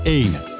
ene